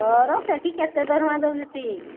ତୋର ସେଠି କେତେ ଦରମା ଦେଉଛନ୍ତି